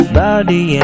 body